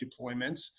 deployments